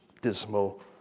Dismal